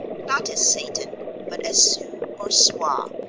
not as satan but as su or swa,